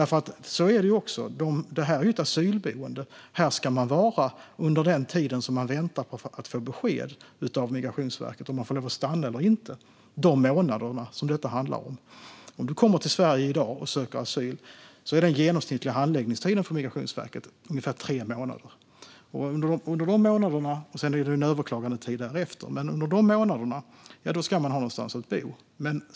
Så är det ju också, eftersom det här är ett asylboende. Här ska man vara under den tid som man väntar på att få besked av Migrationsverket om man får lov att stanna eller inte. Det handlar om månader. När du kommer till Sverige i dag och söker asyl är den genomsnittliga handläggningstiden hos Migrationsverket ungefär tre månader. Sedan är det en överklagandetid därefter, men under de månaderna ska man ha någonstans att bo.